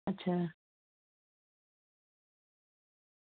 अच्छा